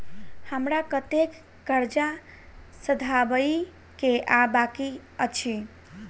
हमरा कतेक कर्जा सधाबई केँ आ बाकी अछि?